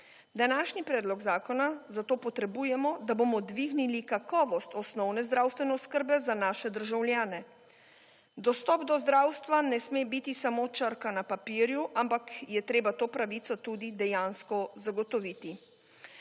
Današnji predlog zakona zato potrebujemo, da bomo dvignili kakovost osnovne zdravstvene oskrbe za naše državljane. Dostop do zdravstva ne sme biti samo črka na papirju, ampak je treba to pravico tudi dejansko zagotoviti.